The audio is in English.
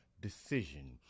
Decision